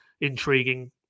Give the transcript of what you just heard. intriguing